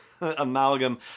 amalgam